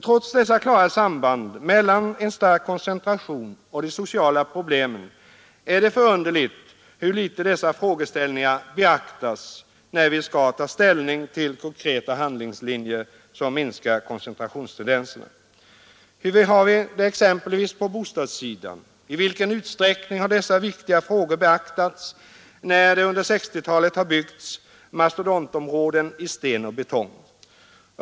Trots dessa klara samband mellan en stark koncentration och de sociala problemen är det förunderligt hur litet dessa frågeställningar beaktas när vi skall ta ställning till konkreta handlingslinjer som minskar koncentrationstendenserna. Hur har vi det exempelvis på bostadssidan? I vilken utsträckning har dessa viktiga frågor beaktats när det under 1960-talet har byggts mastodontområden i sten och betong?